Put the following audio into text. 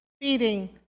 Feeding